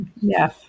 Yes